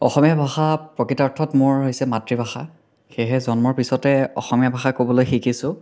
অসমীয়া ভাষা প্ৰকৃতাৰ্থত মোৰ হৈছে মাতৃভাষা সেয়েহে জন্মৰ পিছতে অসমীয়া ভাষা ক'বলৈ শিকিছোঁ